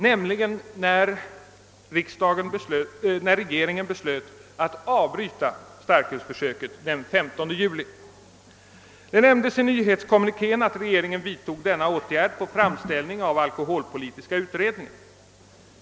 Då beslöt nämligen regeringen att starkölsförsöket skulle avbrytas den 15 juli. Det nämndes i nyhetskommunikén att regeringen vidtog denna åtgärd på framställning av alkoholpolitiska utredningen.